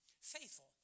faithful